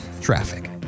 Traffic